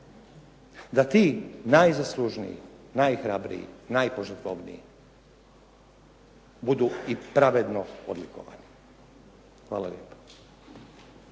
da ti najzaslužniji, najhrabriji, najpožrtvovniji budu i pravedno odlikovani. Hvala lijepo.